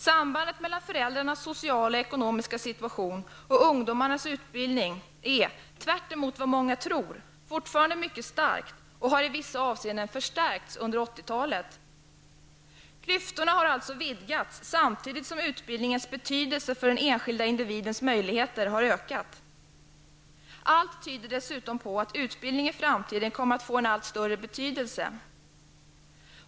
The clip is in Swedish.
Sambandet mellan föräldrarnas sociala och ekonomiska stiuation och ungdomarnas utbildning är, tvärtemot vad många tror, fortfarande mycket starkt och har i vissa avseenden förstärkts under 80-talet. Klyftorna har alltså vidgats samtidigt som utbildningens betydelse för den enskilda individens möjligheter har ökat. Allt tyder dessutom på att utbildning i framtiden kommer att få en allt större betydelse.